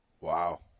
Wow